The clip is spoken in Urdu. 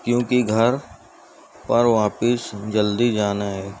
کیونکہ گھر پر واپس جلدی جانا ہے